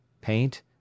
paint